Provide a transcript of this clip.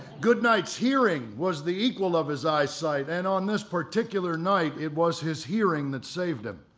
goodnight's hearing was the equal of his eyesight, and on this particular night, it was his hearing that saved him.